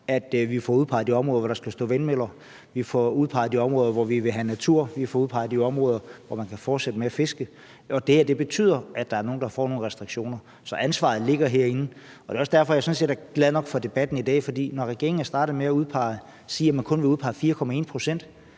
at vi får udpeget de områder, hvor der skal stå vindmøller, at vi får udpeget de områder, hvor vi vil have natur, og at vi får udpeget de områder, hvor man kan fortsætte med at fiske, og det her betyder, at der er nogen, der får nogle restriktioner. Så ansvaret ligger herinde, og det er også derfor, jeg sådan set er glad nok for debatten i dag, for når regeringen har startet med at udpege og sige, at man kun vil udpege 4,1 pct.,